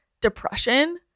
depression